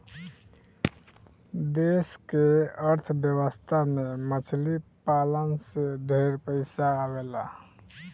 देश के अर्थ व्यवस्था में मछली पालन से ढेरे पइसा आवेला